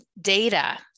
data